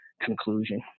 conclusion